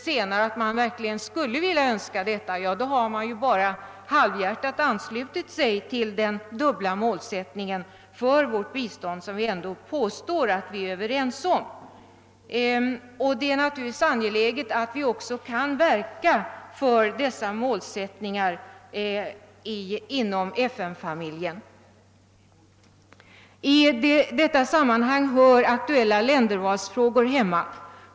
Skulle man verkligen önska detta, har man bara halvhbjärtat anslutit sig till den dubbla målsättning för vårt bistånd som vi påstår att vi är överens om. Det är ange läget att vi också kan verka för dessa målsättningar inom FN-familjen. I detta sammanhang hör aktuella ländervalsfrågor hemma.